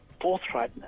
forthrightness